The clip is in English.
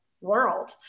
world